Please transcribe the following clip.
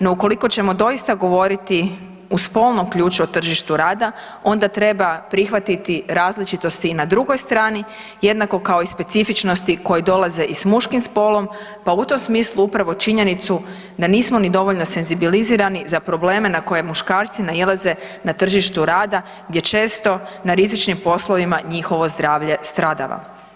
No ukoliko ćemo doista govoriti u spolnom ključu u tržištu rada onda treba prihvatiti različitosti i na drugoj strani jednako kao i specifičnosti koje dolaze i s muškim spolom pa u tom smislu upravo činjenicu da nismo ni dovoljno senzibilizirani za probleme na koje muškarci nailaze na tržištu rada gdje često na rizičnim poslovima njihovo zdravlje stradava.